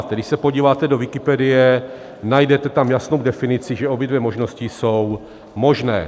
Když se podíváte do Wikipedie, najdete tam jasnou definici, že obě dvě možnosti jsou možné.